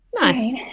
Nice